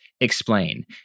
explain